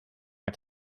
het